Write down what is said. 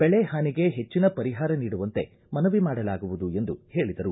ಬೆಳೆ ಹಾನಿಗೆ ಹೆಚ್ಚಿನ ಪರಿಹಾರ ನೀಡುವಂತೆ ಮನವಿ ಮಾಡಲಾಗುವುದು ಎಂದು ಹೇಳಿದರು